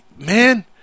man